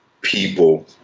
people